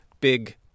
Big